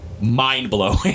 mind-blowing